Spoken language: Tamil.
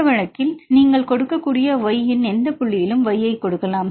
இந்த வழக்கில் நீங்கள் கொடுக்கக்கூடிய y இன் எந்த புள்ளியிலும் y ஐ கொடுக்கலாம்